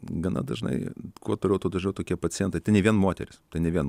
gana dažnai kuo toliau tuo dažniau tokie pacientai tai ne vien moterys tai ne vien